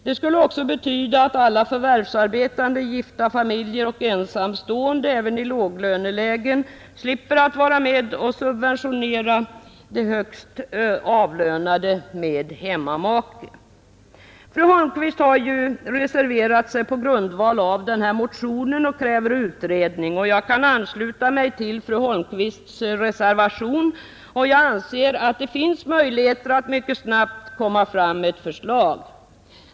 Det skulle också betyda att alla förvärvsarbetande gifta och ensamstående, även i låglönelägen, slipper att subventionera de högst avlönade med hemmamake. Fru Holmqvist har reserverat sig på grundval av motionen och kräver utredning. Jag kan ansluta mig till fru Holmqvists reservation, och jag anser att det finns möjligheter att mycket snabbt komma fram med ett förslag.